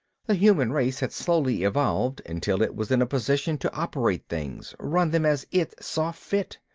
the human race had slowly evolved until it was in a position to operate things, run them as it saw fit.